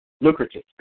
lucrative